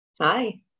Hi